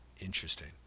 interesting